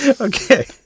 Okay